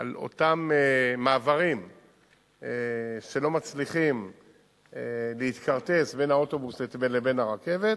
על אותם מעברים שלא מצליחים להתכרטס בין האוטובוס לבין הרכבת,